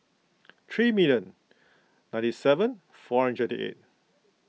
three million ninety seven four hundred twenty eight